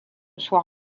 soir